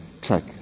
track